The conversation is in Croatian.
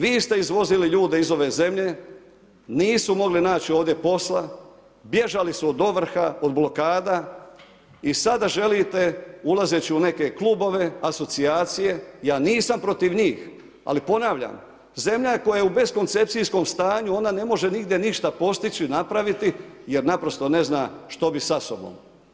Vi ste izvozili ljude iz ove zemlje, nisu mogli naći ovdje posla, bježali su od ovrha, od blokada i sada želite ulazeći u neke klubove, asocijacije, ja nisam protiv njih, ali ponavljam, zemlja koja je u beskoncepcijskom stanju ona ne može nigdje ništa postići, napraviti jer naprosto ne zna što bi sa sobom.